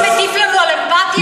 אתה מטיף לנו על אמפתיה?